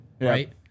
right